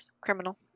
Criminal